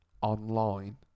online